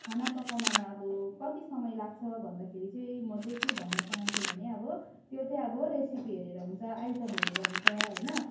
खाना पकाउनमा अब कति समय लाग्छ भन्दाखेरि चाहिँ म चाहिँ के भन्न चाहन्छु भने अब त्यो चाहिँ अब रेसिपी हेरेर हुन्छ आइटम हेरेर हुन्छ होइन